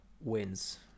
wins